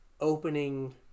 opening